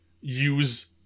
use